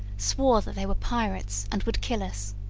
swore that they were pirates, and would kill us.